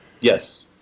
Yes